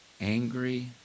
angry